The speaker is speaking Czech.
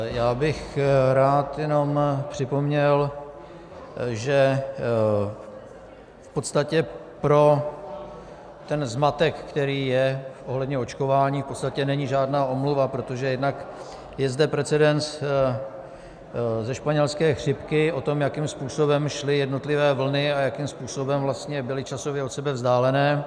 Rád bych jenom připomněl, že v podstatě pro ten zmatek, který je ohledně očkování, není žádná omluva, protože jednak je zde precedens ze španělské chřipky o tom, jakým způsobem šly jednotlivé vlny a jakým způsobem byly časově od sebe vzdálené.